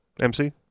MC